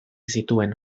zituen